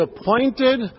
appointed